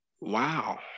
wow